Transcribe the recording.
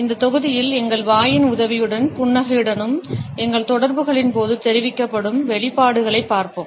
இந்த தொகுதியில் எங்கள் வாயின் உதவியுடனும் புன்னகையுடனும் எங்கள் தொடர்புகளின் போது தெரிவிக்கப்படும் வெளிப்பாடுகளைப் பார்ப்போம்